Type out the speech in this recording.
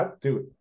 dude